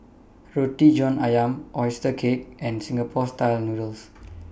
Roti John Ayam Oyster Cake and Singapore Style Noodles